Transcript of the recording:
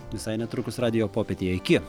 visai netrukus radijo popietėje iki